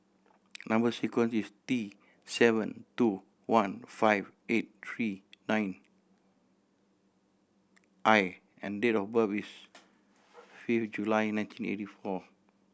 number sequence is T seven two one five eight three nine I and date of birth is fifth July nineteen eighty four